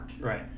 right